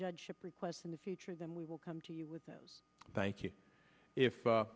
judgeship requests in the future then we will come to you with those thank you if